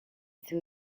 two